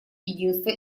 единство